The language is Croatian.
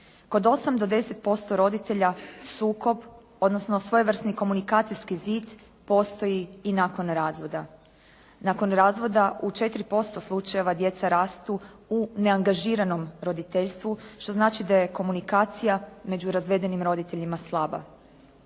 Kod 8 do 10% roditelja sukob, odnosno svojevrsni komunikacijski zid postoji i nakon razvoda. Nakon razvoda u 4% slučajeva djeca rastu u neangažiranom roditeljstvu, što znači da je komunikacija među razvedenim roditeljima slaba.